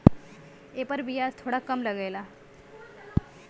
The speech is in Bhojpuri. एपर बियाज थोड़ा कम लगला